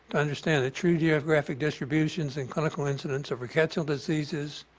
to understand the true geographic distributions and clinical incidence of rickettsial diseases,